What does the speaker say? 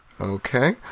Okay